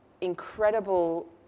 incredible